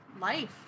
life